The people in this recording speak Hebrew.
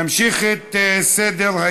נמשיך את סדר-היום.